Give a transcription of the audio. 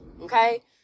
okay